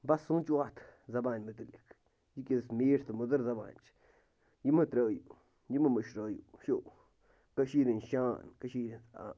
بَس سوٗنٛچو اَتھ زبانہِ مُتعلِق یہِ کِژھ میٖٹھ تہٕ مٔدٕر زبان چھِ یہِ مہٕ ترٛٲوِو یہِ مہٕ مٔشرٲوِو وُچھو کٔشیٖرِ ہٕنٛز شان کٔشیٖرِ ہٕنٛز آ